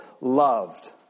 loved